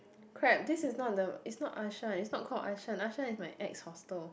crap this is not the it's not Arshan it's not called Arshan Arshan is my ex hostel